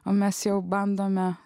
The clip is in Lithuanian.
o mes jau bandome